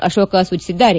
ಅಶೋಕ ಸೂಚಿಸಿದ್ದಾರೆ